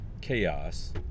chaos